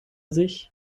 sich